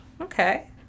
Okay